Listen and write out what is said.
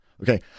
Okay